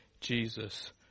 Jesus